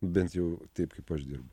bent jau taip kaip aš dirbu